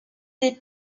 des